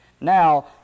Now